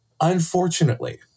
Unfortunately